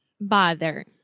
Bother